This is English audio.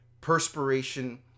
perspiration